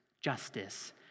justice